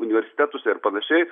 universitetuose ir panašiai